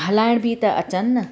हलाइण बि त अचनि न